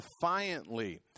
defiantly